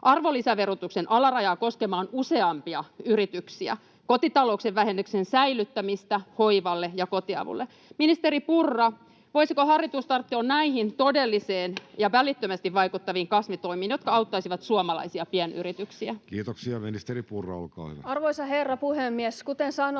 arvonlisäverotuksen alarajaa koskemaan useampia yrityksiä, kotitalouksien vähennyksen säilyttämistä hoivalle ja kotiavulle. Ministeri Purra, voisiko hallitus tarttua näihin todellisiin ja välittömästi vaikuttaviin kasvutoimiin, jotka auttaisivat suomalaisia pienyrityksiä? [Speech 9] Speaker: Jussi Halla-aho Party: N/A Role: chairman